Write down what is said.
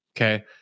okay